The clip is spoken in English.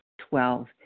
Twelve